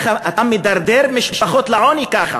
אתה מדרדר משפחות לעוני ככה